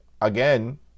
Again